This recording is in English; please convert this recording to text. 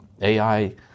AI